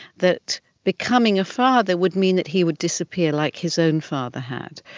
that becoming a father would mean that he would disappear like his own father had,